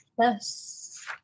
Yes